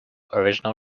original